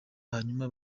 hanyuma